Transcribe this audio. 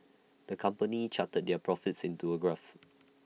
the company charted their profits into A graph